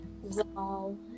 Wow